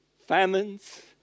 famines